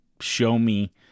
show-me